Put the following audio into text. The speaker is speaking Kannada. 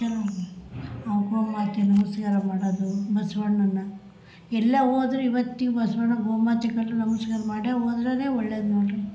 ಆ ಗೋಮಾತೆಗೆ ನಮಸ್ಕಾರ ಮಾಡೋದು ಬಸವಣ್ಣನ್ನ ಎಲ್ಲೆ ಹೋದ್ರು ಇವತ್ತಿಗು ಬಸವಣ್ಣ ಗೋಮಾತೆ ಕಂಡರೆ ನಮಸ್ಕಾರ ಮಾಡಿ ಹೋದ್ರೇನೇ ಒಳ್ಳೆದು ನೋಡಿರಿ